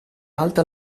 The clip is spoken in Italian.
alta